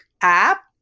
app